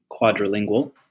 quadrilingual